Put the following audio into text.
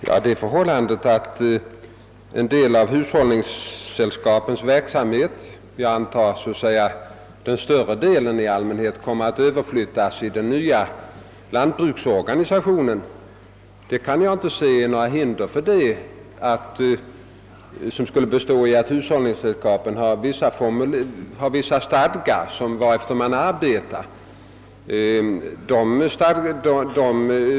Herr talman! Det förhållandet att hushållningssällskapen har vissa stadgar att arbeta efter kan väl inte utgöra något hinder för att en del av hushållningssällskapens verksamhet — det torde i allmänhet bli den större delen — flyttas över på den nya lantbruksorganisationen.